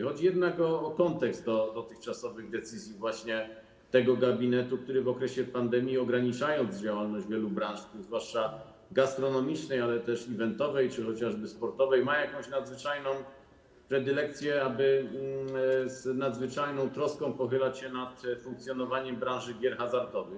Chodzi jednak o kontekst dotyczący dotychczasowych decyzji właśnie tego gabinetu, który w okresie pandemii, ograniczając działalność wielu branż, zwłaszcza gastronomicznej, ale też eventowej czy chociażby sportowej, ma jakąś nadzwyczajną predylekcję, aby z nadzwyczajną troską pochylać się nad funkcjonowaniem branży gier hazardowych.